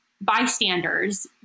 bystanders